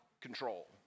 control